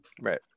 Right